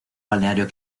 balneario